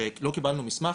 שלא קיבלנו מסמך,